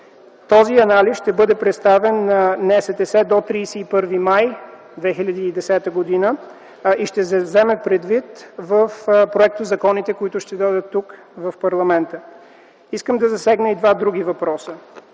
Този анализ ще бъде представен на НСТС до 31 май 2010 г. и ще се вземе предвид в законопроектите, които ще дойдат в парламента. Искам да засегна и два други въпроса.